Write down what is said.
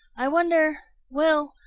i wonder well,